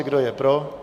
Kdo je pro?